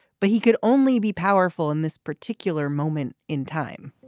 but he could only be powerful in this particular moment in time.